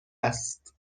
است